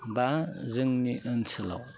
बा जोंनि ओनसोलाव